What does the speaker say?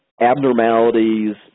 abnormalities